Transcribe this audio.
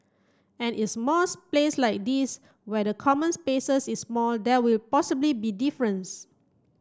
and in place like this where the common spaces is small there will possibly be difference